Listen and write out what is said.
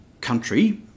country